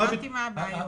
הבנתי מה הבעיות.